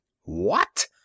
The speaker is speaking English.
What